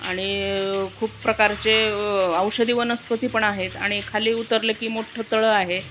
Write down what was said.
आणि खूप प्रकारचे औषधी वनस्पती पण आहेत आणि खाली उतरले की मोठं तळं आहे